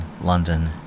London